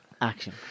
action